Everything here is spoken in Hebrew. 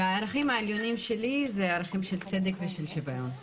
הערכים העליונים שלי הם ערכים של צדק ושוויון.